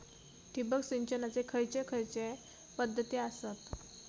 ठिबक सिंचनाचे खैयचे खैयचे पध्दती आसत?